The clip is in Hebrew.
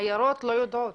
העיריות לא יודעות.